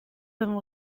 avons